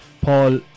Paul